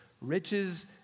Riches